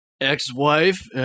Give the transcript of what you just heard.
Ex-wife